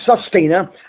sustainer